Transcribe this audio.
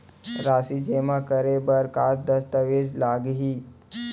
राशि जेमा करे बर का दस्तावेज लागही?